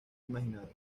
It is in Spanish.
imaginado